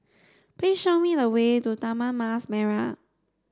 please show me the way to Taman Mas Merah